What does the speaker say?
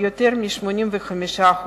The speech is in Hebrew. יותר מ-85%.